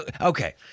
Okay